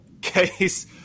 Case